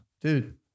Dude